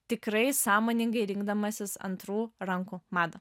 tikrai sąmoningai rinkdamasis antrų rankų madą